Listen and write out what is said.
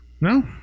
no